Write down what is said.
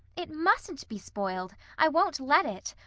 it mustn't be spoiled i won't let it.